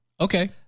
Okay